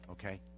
Okay